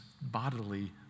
bodily